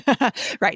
Right